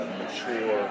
mature